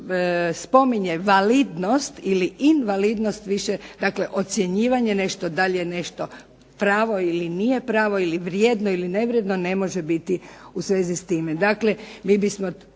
spominje validnost ili invalidnost više, dakle ocjenjivanje da li je nešto pravo ili nije pravo, ili vrijedno ili nevrijedno ne može biti u svezi s time.